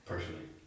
Personally